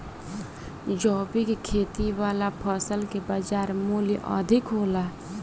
जैविक खेती वाला फसल के बाजार मूल्य अधिक होला